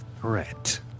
threat